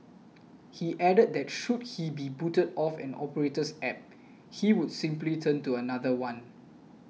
he added that should he be booted off an operator's App he would simply turn to another one